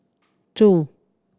two